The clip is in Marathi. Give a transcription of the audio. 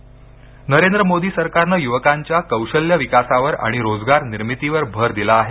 कौशल्य विकास भर नरेंद्र मोदी सरकारनं युवकांच्या कौशल्य विकासावर आणि रोजगार निर्मितीवर भर दिला आहे